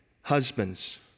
Husbands